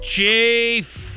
Chief